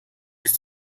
ist